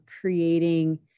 creating